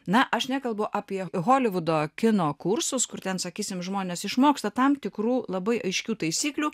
na aš nekalbu apie holivudo kino kursus kur ten sakysim žmonės išmoksta tam tikrų labai aiškių taisyklių